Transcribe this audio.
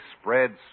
spreads